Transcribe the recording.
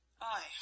I